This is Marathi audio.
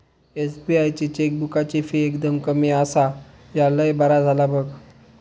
एस.बी.आई ची चेकबुकाची फी एकदम कमी आसा, ह्या लय बरा झाला बघ